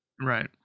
Right